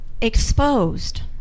exposed